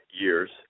years